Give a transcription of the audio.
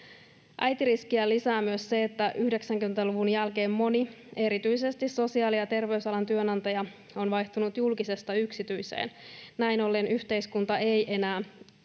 Äitiriskiä lisää myös se, että 90-luvun jälkeen moni erityisesti sosiaali- ja terveysalan työnantaja on vaihtunut julkisesta yksityiseen. Näin ollen yhteiskunta ei enää